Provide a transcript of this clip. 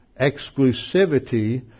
exclusivity